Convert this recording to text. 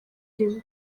rimwe